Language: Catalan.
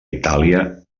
itàlia